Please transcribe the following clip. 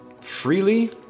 Freely